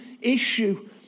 issue